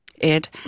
Ed